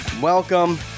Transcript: Welcome